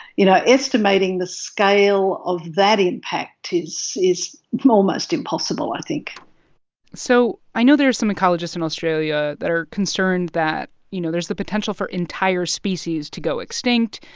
you know, estimating the scale of that impact is is almost impossible, i think so i know there are some ecologists in australia that are concerned that, you know, there's the potential for entire species to go extinct.